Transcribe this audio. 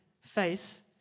face